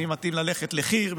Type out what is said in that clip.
מי מתאים ללכת לחי"ר,